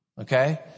Okay